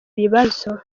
bibazo